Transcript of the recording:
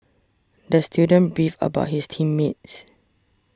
the student beefed about his team mates